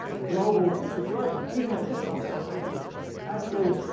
a global situation, even at this point, and actually,